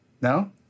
No